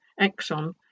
Exxon